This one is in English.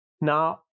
Now